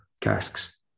casks